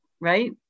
right